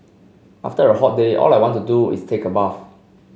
after a hot day all I want to do is take a bath